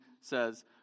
says